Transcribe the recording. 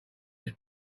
its